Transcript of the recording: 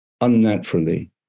unnaturally